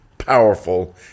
Powerful